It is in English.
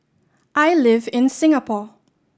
I live in Singapore